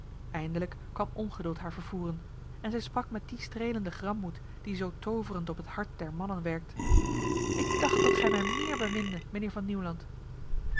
eindelijk kwam ongeduld haar vervoeren en zij sprak met die strelende grammoed die zo toverend op het hart der mannen werkt ik dacht dat gij mij meer beminde mijnheer van nieuwland